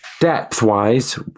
Depth-wise